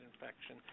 infection